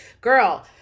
girl